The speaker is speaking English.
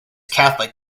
catholic